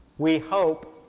we hope,